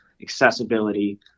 accessibility